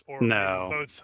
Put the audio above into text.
No